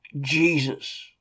Jesus